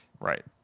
Right